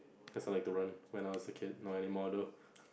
cause I like to run when I was a kid not anymore though